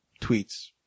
tweets